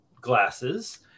glasses